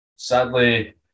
Sadly